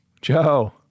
Joe